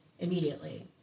immediately